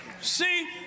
See